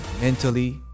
mentally